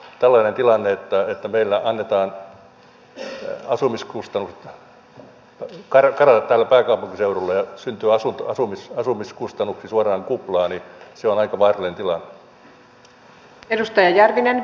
tällainen tilanne että meillä annetaan asumiskustannusten karata täällä pääkaupunkiseudulla ja syntyä asumiskustannuksiin suoraan kuplaa on aika vaarallinen tilanne